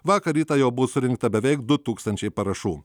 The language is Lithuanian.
vakar rytą jau buvo surinkta beveik du tūkstančiai parašų